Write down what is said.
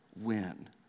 win